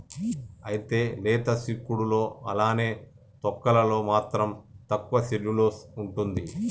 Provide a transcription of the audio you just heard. అయితే లేత సిక్కుడులో అలానే తొక్కలలో మాత్రం తక్కువ సెల్యులోస్ ఉంటుంది